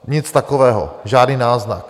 Nic takového, žádný náznak.